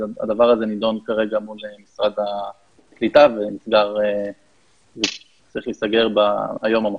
הדבר הזה נידון כרגע מול משרד הקליטה וצריך להיסגר היום או מחר.